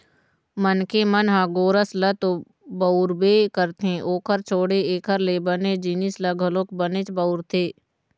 मनखे मन ह गोरस ल तो बउरबे करथे ओखर छोड़े एखर ले बने जिनिस ल घलोक बनेच बउरथे